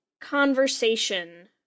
conversation